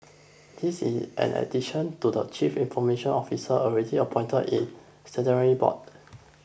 this is in addition to the chief information officers already appointed in boards